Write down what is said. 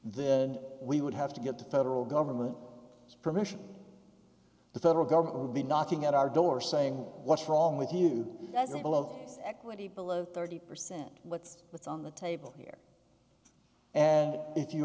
then we would have to get the federal government permission the federal government will be knocking at our door saying what's wrong with you as a bill of equity below thirty percent what's what's on the table here and if you